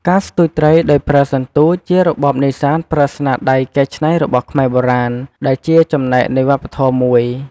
ការស្ទូចត្រីដោយប្រើសន្ទូច ជារបបនេសាទប្រើស្នាដៃកែច្នៃរបស់ខ្មែរបុរាណ ដែលជាចំណែកនៃវប្បធម៌មួយ។